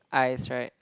eyes right